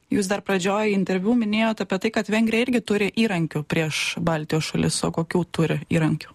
jūs dar pradžioj interviu minėjot apie tai kad vengrija irgi turi įrankių prieš baltijos šalis o kokių turi įrankių